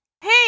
Hey